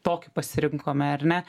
tokį pasirinkome ar ne